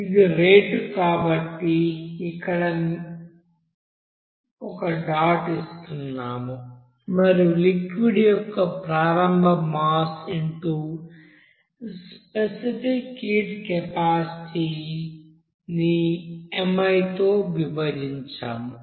ఇది రేటు కాబట్టి మేము అక్కడ ఒక డాట్ ఇస్తున్నాము మరియు లిక్విడ్ యొక్క ప్రారంభ మాస్ xస్పెసిఫిక్ హీట్ కెపాసిటీ ని mi తో విభజించాము